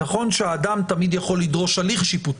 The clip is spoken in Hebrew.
נכון שאדם תמיד יכול לדרוש הליך שיפוטי,